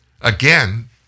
Again